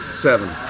seven